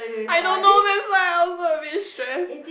I don't know that's why I also a bit stress